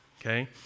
Okay